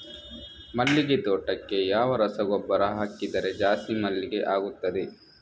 ಮಲ್ಲಿಗೆ ತೋಟಕ್ಕೆ ಯಾವ ರಸಗೊಬ್ಬರ ಹಾಕಿದರೆ ಜಾಸ್ತಿ ಮಲ್ಲಿಗೆ ಆಗುತ್ತದೆ?